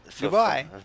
Goodbye